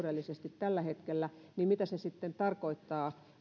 taloudellisesti tällä hetkellä niin mitä se sitten tarkoittaa